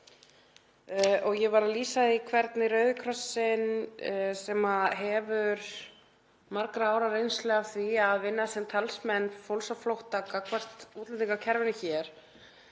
Ég var að lýsa því hvernig Rauði krossinn, sem hefur margra ára reynsla af því að vinna sem talsmenn fólks á flótta gagnvart útlendingakerfinu hér,